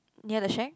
near the shack